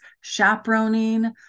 chaperoning